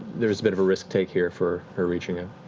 there's a bit of a risk take here for her reaching ah